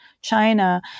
China